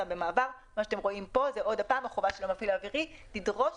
במעבר" זו שוב החובה של המפעיל האווירי לדרוש